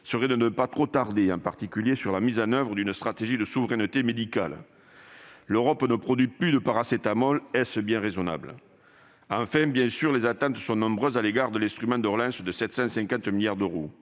serait de ne pas trop tarder, en particulier sur la mise en oeuvre d'une stratégie de souveraineté médicale. L'Europe ne produit plus de paracétamol. Est-ce bien raisonnable ? Enfin, les attentes sont nombreuses à l'égard de l'instrument de relance de 750 milliards d'euros.